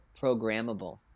programmable